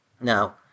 Now